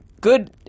good